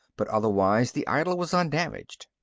but otherwise the idol was undamaged.